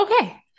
Okay